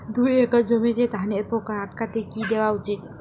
দুই একর জমিতে ধানের পোকা আটকাতে কি দেওয়া উচিৎ?